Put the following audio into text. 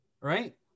right